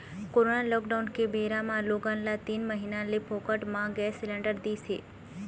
corona lockdown के बेरा म लोगन ल तीन महीना ले फोकट म गैंस सिलेंडर दिस हे